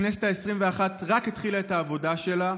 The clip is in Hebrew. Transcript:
הכנסת העשרים-ואחת רק התחילה את העבודה שלה,